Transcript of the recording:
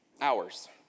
hours